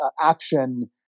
action